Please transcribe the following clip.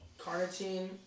carnitine